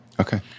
Okay